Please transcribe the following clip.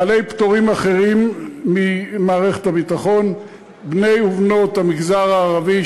בעלי פטורים אחרים ממערכת הביטחון: בני ובנות המגזר הערבי,